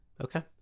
Okay